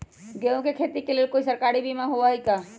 गेंहू के खेती के लेल कोइ सरकारी बीमा होईअ का?